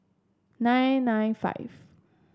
nine nine five